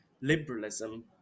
liberalism